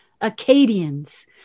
Acadians